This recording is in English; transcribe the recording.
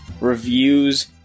reviews